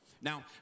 Now